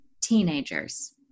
teenagers